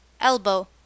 Elbow